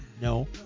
No